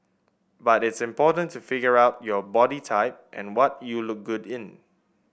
but it's important to figure out your body type and what you look good in